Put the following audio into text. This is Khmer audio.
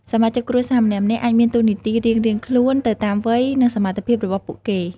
សមាជិកគ្រួសារម្នាក់ៗអាចមានតួនាទីរៀងៗខ្លួនទៅតាមវ័យ និងសមត្ថភាពរបស់ពួកគេ ។